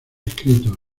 escritos